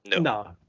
No